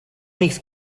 amics